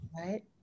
Right